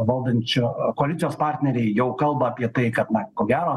valdančio koalicijos partneriai jau kalba apie tai kad na ko gero